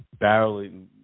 barreling